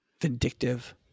vindictive